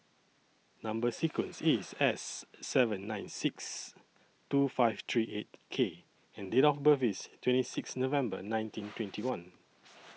Number sequence IS S seven nine six two five three eight K and Date of birth IS twenty six November nineteen twenty one